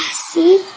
see